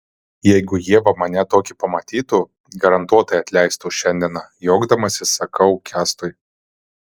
jeigu ieva mane tokį pamatytų garantuotai atleistų už šiandieną juokdamasis sakau kęstui